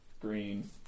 Green